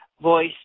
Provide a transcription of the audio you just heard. voice